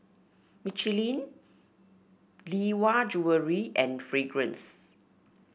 Michelin Lee Hwa Jewellery and Fragrance